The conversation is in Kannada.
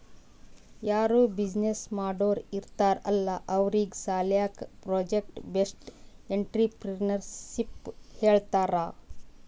ಯಾರೂ ಬಿಸಿನ್ನೆಸ್ ಮಾಡೋರ್ ಇರ್ತಾರ್ ಅಲ್ಲಾ ಅವ್ರಿಗ್ ಸಾಲ್ಯಾಕೆ ಪ್ರೊಜೆಕ್ಟ್ ಬೇಸ್ಡ್ ಎಂಟ್ರರ್ಪ್ರಿನರ್ಶಿಪ್ ಹೇಳ್ತಾರ್